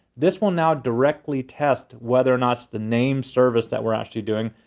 this one now directly test whether or not the name service that we're actually doing,